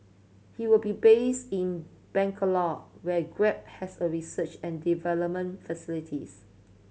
he will be based in Bangalore where Grab has a research and development facility